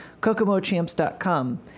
kokomochamps.com